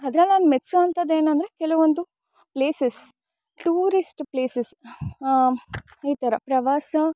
ಅದ್ರಲ್ ನಾನು ಮೆಚ್ಚೋವಂಥದ್ ಏನಂದ್ರೆ ಕೆಲವೊಂದು ಪ್ಲೇಸಸ್ ಟೂರಿಸ್ಟ್ ಪ್ಲೇಸಸ್ ಇತರ ಪ್ರವಾಸ